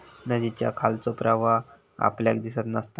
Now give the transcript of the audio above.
नदीच्या खालचो प्रवाह आपल्याक दिसत नसता